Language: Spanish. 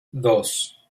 dos